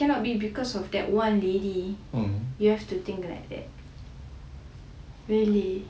cannot be because of that one lady you have to think like that really